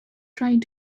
trying